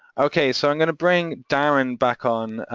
okay, so i'm gonna bring darrin back on,